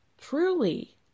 truly